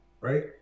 right